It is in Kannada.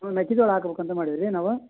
ಹ್ಞೂ ಮೆಕ್ಕೆಜೋಳ ಹಾಕ್ಬೇಕಂತ ಮಾಡೀವಿ ರೀ ನಾವು